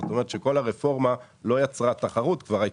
מה שאומר שכל הרפורמה לא יצרה תחרות.